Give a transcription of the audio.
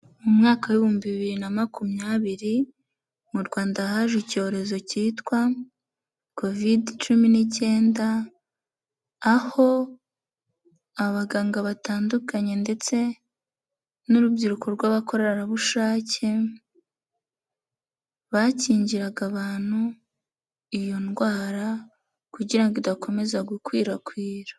Mu mwaka w'ibihumbi bibiri na makumyabiri mu Rwanda haje icyorezo cyitwa covid cumi n'icyenda, aho abaganga batandukanye ndetse n'urubyiruko rw'abakorerabushake, bakingiraga abantu iyo ndwara kugira ngo idakomeza gukwirakwira.